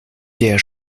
der